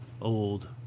old